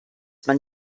man